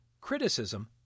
criticism